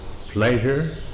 pleasure